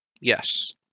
Yes